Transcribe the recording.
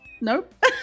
Nope